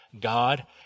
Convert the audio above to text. God